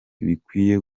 bikwiye